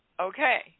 Okay